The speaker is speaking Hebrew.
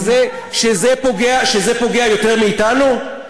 שזה, פוגע יותר מאתנו?